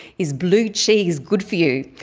is blue cheese good for you,